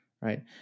right